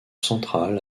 central